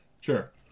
Sure